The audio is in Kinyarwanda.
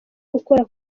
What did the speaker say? gukora